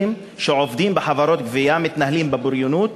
שעובדים בחברות גבייה מתנהלים בבריונות,